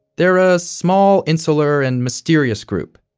they're a small, insular and mysterious group.